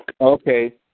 Okay